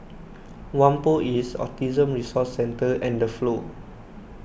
Whampoa East Autism Resource Centre and the Flow